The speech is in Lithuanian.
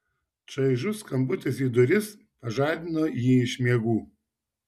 čaižus skambutis į duris pažadino jį iš miegų